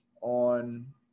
on